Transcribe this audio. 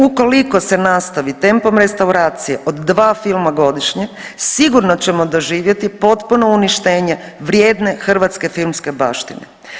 Ukoliko se nastavi tempom restauracije od dva filma godišnje sigurno ćemo doživjeti potpuno uništenje vrijedne hrvatske filmske baštine.